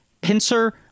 pincer